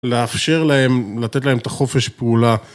לאפשר להם, לתת להם את החופש פעולה.